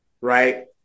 Right